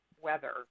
weather